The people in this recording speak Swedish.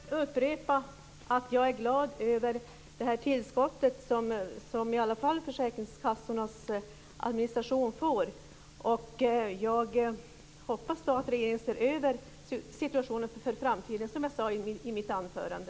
Herr talman! Jag upprepar att jag är glad över det tillskottet som försäkringskassornas administration i alla fall får. Jag hoppas att regeringen ser över situationen inför framtiden, som jag sade i mitt anförande.